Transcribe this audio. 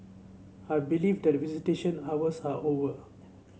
I believe that visitation hours are over